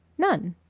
none.